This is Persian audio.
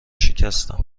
شکستم